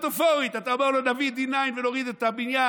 ומטפורית אתה אומר לו: נביא D9 ונוריד את הבניין.